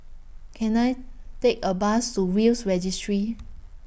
Can I Take A Bus to Will's Registry